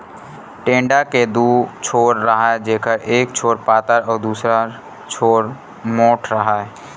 टेंड़ा के दू छोर राहय जेखर एक छोर पातर अउ दूसर छोर मोंठ राहय